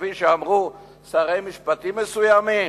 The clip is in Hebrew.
כפי שאמרו שרי משפטים מסוימים,